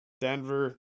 Denver